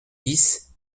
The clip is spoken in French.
dix